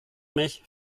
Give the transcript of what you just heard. mich